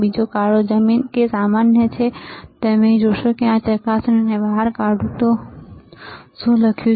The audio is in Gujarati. તો કાળો એ જમીન કે સામાન્ય છે અને તમે અહીં જોશો જો હું આ ચકાસણીને બહાર કાઢું તો તમે અહીં જુઓ શું લખ્યું છે